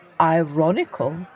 ironical